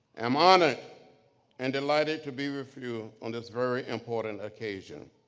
i'm honored and delighted to be refueled on this very important occasion.